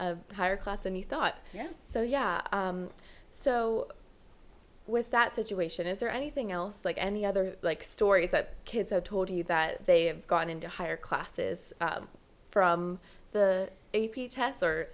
a higher class and you thought yeah so yeah so with that situation is there anything else like any other stories that kids have told you that they have got into higher classes from the a p tests or